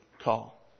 call